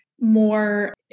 more